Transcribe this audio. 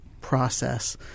process